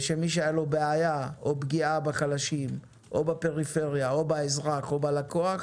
מי שחש שיש כאן בעיה או פגיעה בחלשים או בפריפריה או באזרח או בלקוח